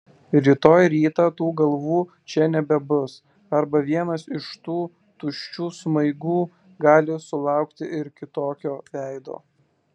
rytoj rytą tų galvų čia nebebus arba vienas iš tų tuščių smaigų gali sulaukti ir kitokio veido